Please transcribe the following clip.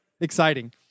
exciting